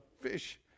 fish